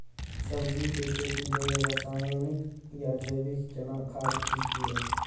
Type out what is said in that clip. सब्जी के खेती लेल रसायनिक या जैविक केना खाद ठीक ये?